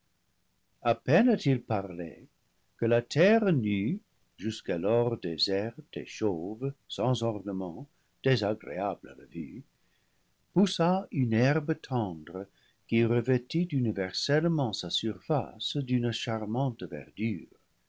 a peine a-t-il parlé que la terre nue jusqu'alors déserte et chauve sans ornement désagréable à la vue poussa une herbe tendre qui revêtit universellement sa surface d'une charmante verdure